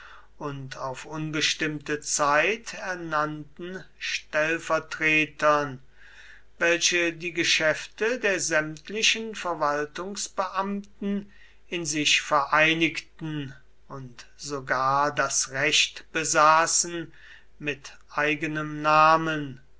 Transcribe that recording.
und auf unbestimmte zeit ernannten stellvertretern welche die geschäfte der sämtlichen verwaltungsbeamten in sich vereinigten und sogar das recht besaßen mit eigenem namen